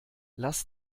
lass